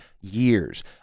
years